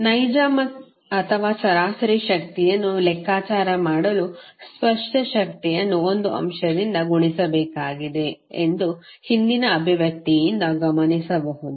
ನೈಜ ಅಥವಾ ಸರಾಸರಿ ಶಕ್ತಿಯನ್ನು ಲೆಕ್ಕಾಚಾರ ಮಾಡಲು ಸ್ಪಷ್ಟ ಶಕ್ತಿಯನ್ನು ಒಂದು ಅಂಶದಿಂದ ಗುಣಿಸಬೇಕಾಗಿದೆ ಎಂದು ಹಿಂದಿನ ಅಭಿವ್ಯಕ್ತಿಯಿಂದ ಗಮನಿಸಬಹುದು